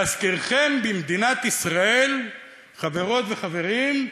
להזכירכם, במדינת ישראל, חברות וחברים,